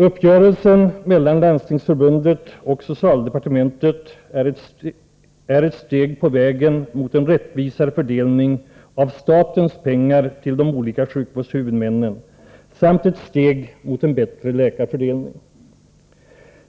Uppgörelsen mellan Landstingsförbundet och socialdepartementet är ett steg på vägen mot en rättvisare fördelning av statens pengar till de olika sjukvårdshuvudmännen samt ett steg mot en bättre läkarfördelning.